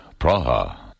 Praha